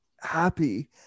happy